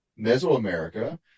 Mesoamerica